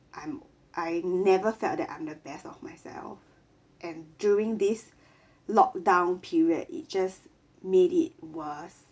I'm I never felt that I'm the best of myself and during this locked down period it just made it worse